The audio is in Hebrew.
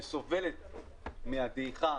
שסובלת מהדעיכה,